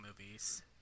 movies